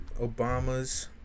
Obama's